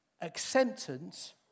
Acceptance